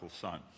son